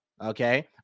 Okay